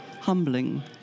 humbling